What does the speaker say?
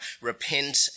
repent